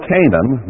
Canaan